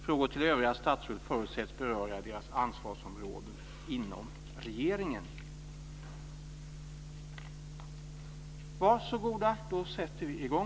Frågor till övriga statsråd förutsätts beröra deras ansvarsområden inom regeringen.